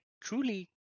truly